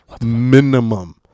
Minimum